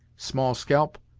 small scalp,